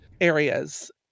areas